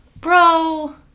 bro